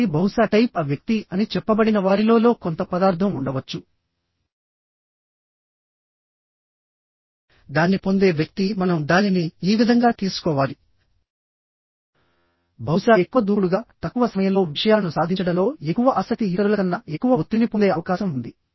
కాబట్టి బహుశా type A వ్యక్తి అని చెప్పబడిన వారిలో లో కొంత పదార్ధం ఉండవచ్చు దాన్ని పొందే వ్యక్తి మనం దానిని ఈ విధంగా తీసుకోవాలి బహుశా ఎక్కువ దూకుడుగా తక్కువ సమయంలో విషయాలను సాధించడంలో ఎక్కువ ఆసక్తి ఇతరులకన్నా ఎక్కువ ఒత్తిడిని పొందే అవకాశం ఉంది